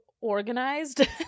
organized